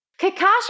Kakashi